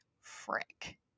frick